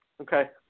Okay